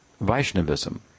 Vaishnavism